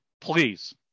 please